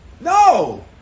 No